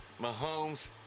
Mahomes